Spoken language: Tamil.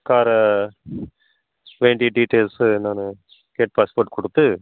காரை வேண்டிய டீட்டெய்ல்ஸ்ஸு என்னென்னு கேட் பாஸ் போட்டு கொடுத்து